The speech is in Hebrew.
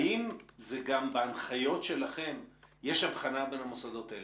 האם גם בהנחיות שלכם יש הבחנה בין המוסדות האלה?